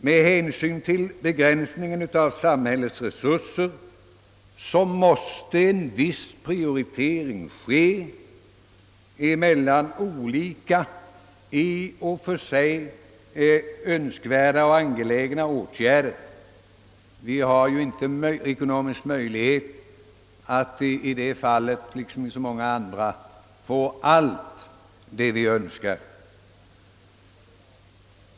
Med hänsyn till begränsningen i samhällets resurser måste en viss prioritering ske mellan olika i och för sig önskvärda och angelägna åtgärder. Vi har i det fallet lik som i så många andra inte ekonomisk möjlighet att få allt det vi önskar.